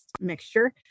mixture